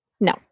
No